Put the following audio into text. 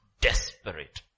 desperate